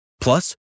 Plus